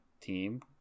team